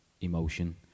emotion